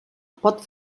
pot